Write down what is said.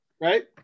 Right